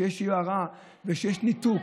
כשיש יוהרה וכשיש ניתוק,